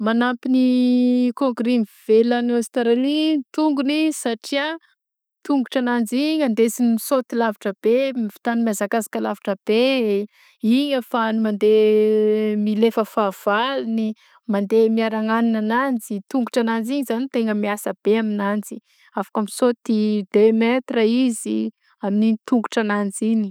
Manampy ny kôngory mivelona any Aostralia ny tongony satria tongotra ananjy igny andesigny misôty lavitra be m- avitagny mihazakazaka lavitra be; igny ahafahagny mandeha milefa fahavalony mandeha miaragna hanina agnanjy; tongotra agnanjy igny zany tena miasa be aminanjy afaka misôty deux metres izy amin'igny tongotrananjy igny.